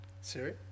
Siri